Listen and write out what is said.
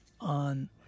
on